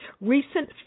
recent